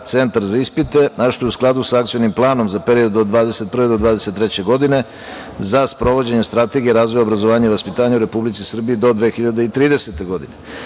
centar za ispite, a što je u skladu sa Akcionim planom za period od 2021. do 2023. godine za sprovođenje Strategije razvoja obrazovanja i vaspitanja u Republici Srbiji do 2030. godine.